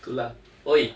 tu lah !oi!